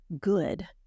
good